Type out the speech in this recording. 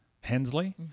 Hensley